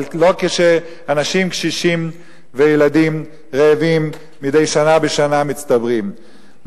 אבל לא כשאנשים קשישים וילדים רעבים מדי שנה בשנה מצטברים.